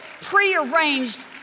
prearranged